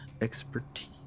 expertise